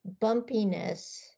bumpiness